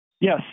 Yes